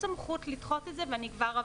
סמכות לדחות את זה ואני כבר אבהיר.